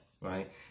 Right